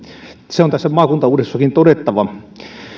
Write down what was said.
se on tässä maakuntauudistuksessakin todettava